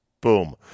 boom